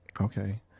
Okay